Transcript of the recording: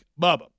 Bubba